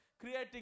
creating